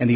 and the